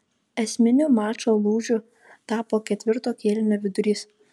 esminiu mačo lūžiu tapo ketvirto kėlinio vidurys